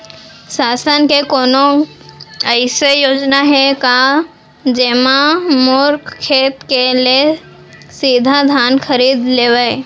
शासन के कोनो अइसे योजना हे का, जेमा मोर खेत ले सीधा धान खरीद लेवय?